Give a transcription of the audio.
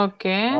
Okay